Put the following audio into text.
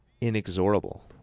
inexorable